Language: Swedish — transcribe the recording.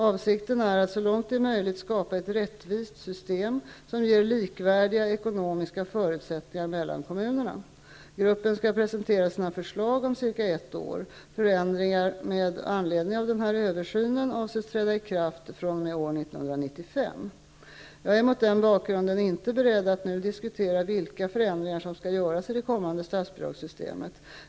Avsikten är att så långt det är möjligt skapa ett rättvist system, som ger likvärdiga ekonomiska förutsättningar mellan kommunerna. Gruppen skall presentera sina förslag om ca ett år. Jag är mot denna bakgrund inte beredd att nu diskutera vilka förändringar som skall göras i det kommande statsbidragssystemet.